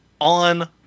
on